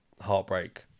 heartbreak